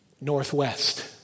northwest